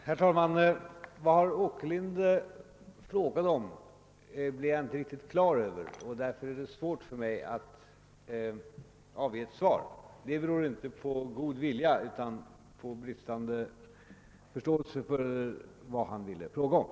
Herr talman! Jag är inte riktigt på det klara med vad herr Åkerlind frågade om och det är därför svårt för mig att avge ett svar. Detta beror alltså inte på bristande god vilja, utan på att jag inte förstår vad han ville fråga om.